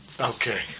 Okay